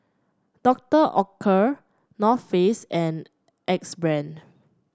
Doctor Oetker North Face and Axe Brand